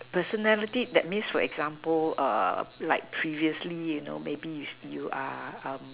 personality that means for example uh like previously you know maybe if you are um